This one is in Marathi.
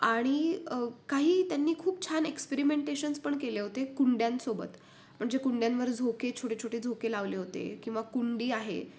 आणि काही त्यांनी खूप छान एक्सपेरिमेंटेशन्स पण केले होते कुंड्यांसोबत म्हणजे कुंड्यांवर झोके छोटेछोटे झोके लावले होते किंवा कुंडी आहे